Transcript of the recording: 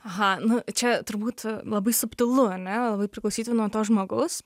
aha nu čia turbūt labai subtilu ane labai priklausytų nuo to žmogaus